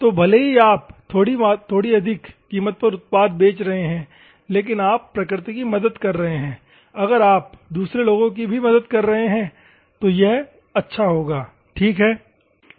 तो भले ही आप थोड़ी अधिक कीमत पर उत्पाद बेच रहे हैं लेकिन आप प्रकृति की मदद कर रहे हैं अगर आप दूसरे लोगों की भी मदद कर रहे हैं तो यह अच्छा होगा ठीक है